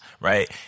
right